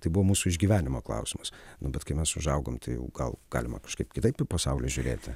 tai buvo mūsų išgyvenimo klausimas nu bet kai mes užaugom tai jau gal galima kažkaip kitaip į pasaulį žiūrėti